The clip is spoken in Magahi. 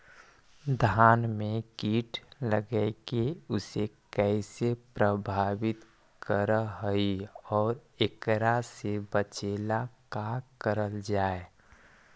धान में कीट लगके उसे कैसे प्रभावित कर हई और एकरा से बचेला का करल जाए?